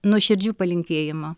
nuoširdžiu palinkėjimu